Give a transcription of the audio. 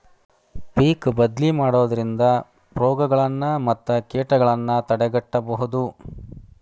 ಪಿಕ್ ಬದ್ಲಿ ಮಾಡುದ್ರಿಂದ ರೋಗಗಳನ್ನಾ ಮತ್ತ ಕೇಟಗಳನ್ನಾ ತಡೆಗಟ್ಟಬಹುದು